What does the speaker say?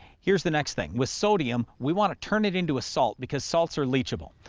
here's the next thing with sodium we want to turn it into a salt because salts are leachable.